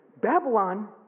Babylon